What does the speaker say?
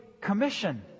commission